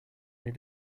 les